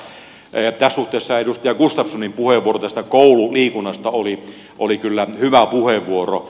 tässä suhteessa edustaja gustafssonin puheenvuoro tästä koululiikunnasta oli kyllä hyvä puheenvuoro